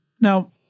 Now